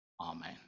Amen